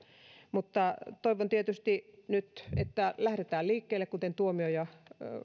mutta toivon tietysti nyt että lähdetään liikkeelle kuten tuomioja